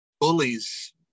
bullies